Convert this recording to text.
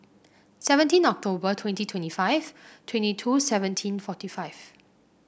seventeen October twenty twenty five twenty two seventeen forty five